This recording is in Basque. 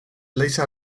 leize